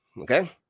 Okay